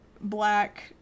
black